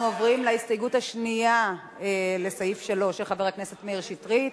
אנחנו עוברים להסתייגות השנייה של חבר הכנסת מאיר שטרית